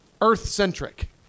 earth-centric